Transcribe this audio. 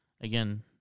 Again